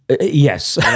Yes